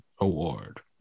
award